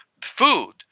food